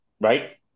right